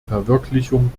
verwirklichung